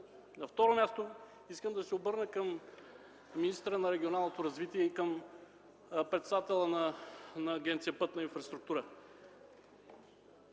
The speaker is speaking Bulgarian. На второ място, искам да се обърна към министъра на регионалното развитие и към председателя на Агенция „Пътна инфраструктура”.